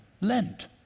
Lent